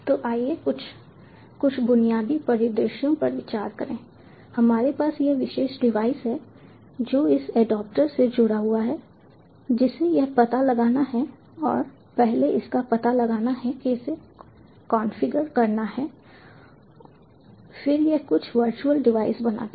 तो आइए कुछ कुछ बुनियादी परिदृश्यों पर विचार करें हमारे पास यह विशेष डिवाइस है जो इस एडेप्टर से जुड़ा हुआ है जिसे यह पता लगाना है और पहले इसका पता लगाना है और इसे कॉन्फ़िगर करना है फिर यह कुछ वर्चुअल डिवाइस बनाता है